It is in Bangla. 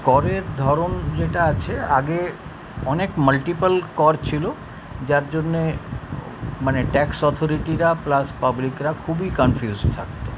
করের ধরন যেটা আছে আগে অনেক মাল্টিপল কর ছিলো যার জন্যে মানে ট্যাক্স অথোরিটিরা প্লাস পাবলিকরা খুবই কানফিউজড থাকতো